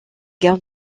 gare